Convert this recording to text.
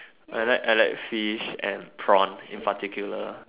I like I like fish and prawns in particular